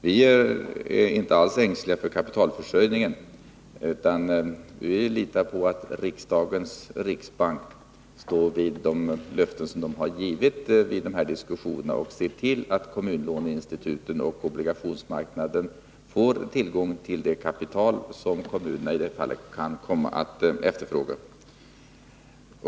Vi är inte alls ängsliga för kapitalförsörjningen, utan litar på att riksdagens riksbank står fast vid de löften som getts vid dessa diskussioner och ser till att kommunlåneinstituten och obligationsmarknaden får tillgång till det kapital som kommunerna kan komma att efterfråga.